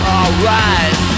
Alright